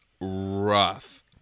rough